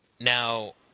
Now